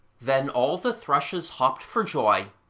then all the thrushes hopped for joy,